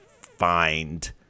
find